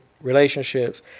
relationships